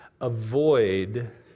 avoid